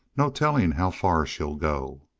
no telling how far she'll go.